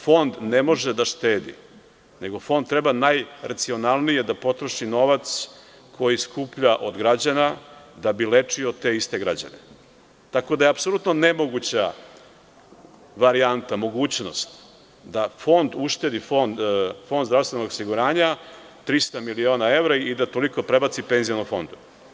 Fond ne može da štedi nego Fond treba najracionalnije da potroši novac koji skuplja od građana da bi lečio te iste građane, tako da je apsolutno nemoguća varijanta, mogućnost da Fond zdravstvenog osiguranja uštedi 300 miliona evra i da toliko prebaci penzionom fondu.